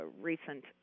recent